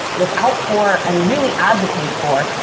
look out for, and really advocate for,